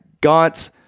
got